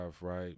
right